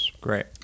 Great